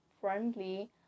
friendly